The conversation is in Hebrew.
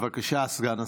בבקשה, סגן השר.